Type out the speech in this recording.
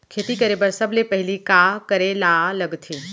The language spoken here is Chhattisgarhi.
खेती करे बर सबले पहिली का करे ला लगथे?